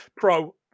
Pro